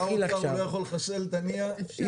כשר אוצר הוא לא יכול לחסל את הנייה --- אדוני,